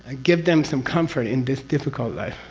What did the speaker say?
give them some comfort in this difficult life.